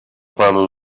panu